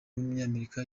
w’umunyamerika